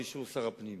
באישור שר הפנים.